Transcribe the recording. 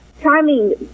Timing